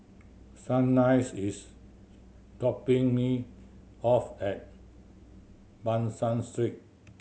Shanice is dropping me off at Ban San Street